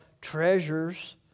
treasures